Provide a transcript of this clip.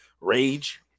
rage